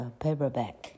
paperback